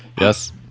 Yes